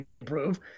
improve